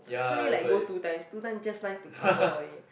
I only like go two times two time just nice to cover only